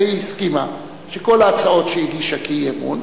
והסכימה שכל ההצעות שהיא הגישה כאי-אמון